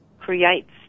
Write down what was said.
creates